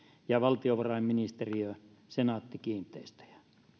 ja valtiovarainministeriö senaatti kiinteistöjä